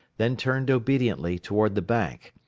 then turned obediently toward the bank.